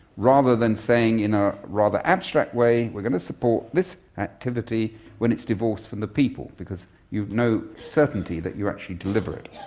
rather than saying in a rather abstract way we're going to support this activity when it's divorced from the people, because you've no certainty that you actually deliver it.